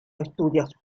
estudios